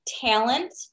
talent